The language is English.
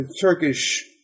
Turkish